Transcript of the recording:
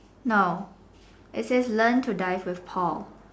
no it says learn to die first call